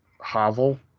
hovel